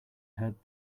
heard